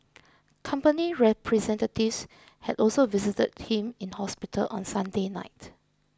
company representatives had also visited him in hospital on Sunday night